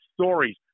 stories